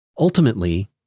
Ultimately